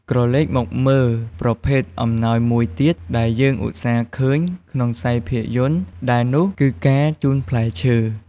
ក្រឡេកមកមើលប្រភេទអំណោយមួយទៀតដែលយើង ឧស្សាហ៍ឃើញក្នុងខ្សែភាពយន្តដែរនោះ គឺការជូនផ្លែឈើ។